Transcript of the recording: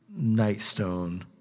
Nightstone